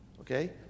okay